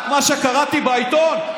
רק ממה שקראתי בעיתון,